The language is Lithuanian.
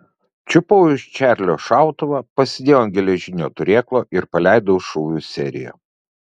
čiupau iš čarlio šautuvą pasidėjau ant geležinio turėklo ir paleidau šūvių seriją